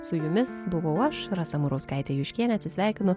su jumis buvau aš rasa murauskaitė juškienė atsisveikinu